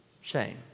Shame